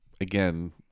again